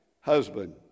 husband